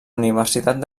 universitat